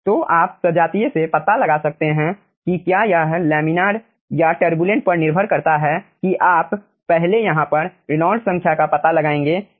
तो आप सजातीय से पता लगा सकते हैं कि क्या यह लमीनर या तुर्बुलेंट पर निर्भर करता है कि आप पहले यहाँ पर रेनॉल्ड्स संख्या reynold's number का पता लगाएंगे जो G Dμh है